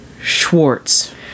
Schwartz